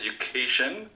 education